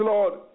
Lord